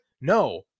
No